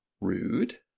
rude